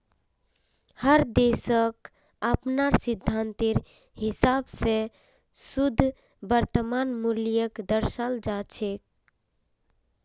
हर देशक अपनार सिद्धान्तेर हिसाब स शुद्ध वर्तमान मूल्यक दर्शाल जा छेक